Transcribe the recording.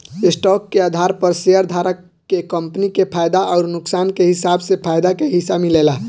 stock के आधार पर शेयरधारक के कंपनी के फायदा अउर नुकसान के हिसाब से फायदा के हिस्सा मिलेला